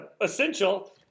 essential